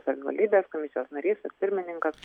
savivaldybės komisijos narys ar pirmininkas